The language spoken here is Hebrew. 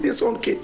עם דיסק און קי,